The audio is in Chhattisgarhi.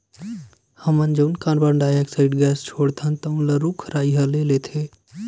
हमन जउन कारबन डाईऑक्साइड ऑक्साइड गैस छोड़थन तउन ल रूख राई ह ले लेथे